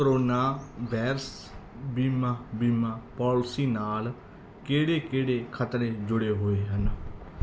corona virus ਬੀਮਾ ਬੀਮਾ policy ਨਾਲ ਕਿਹੜੇ ਕਿਹੜੇ ਖਤਰੇ ਜੁੜੇ ਹੋਏ ਹਨ